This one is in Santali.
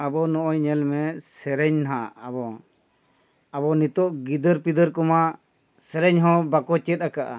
ᱟᱵᱚ ᱱᱚᱜᱼᱚᱸᱭ ᱧᱮᱞ ᱢᱮ ᱥᱮᱨᱮᱧ ᱦᱟᱸᱜ ᱟᱵᱚ ᱟᱵᱚ ᱱᱤᱛᱚᱜ ᱜᱤᱫᱟᱹᱨ ᱯᱤᱫᱟᱹᱨ ᱠᱚᱢᱟ ᱥᱮᱨᱮᱧ ᱦᱚᱸ ᱵᱟᱠᱚ ᱪᱮᱫ ᱟᱠᱟᱜᱼᱟ